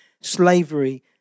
slavery